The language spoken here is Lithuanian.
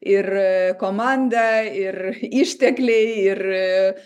ir komanda ir ištekliai ir